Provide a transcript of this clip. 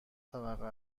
طبقه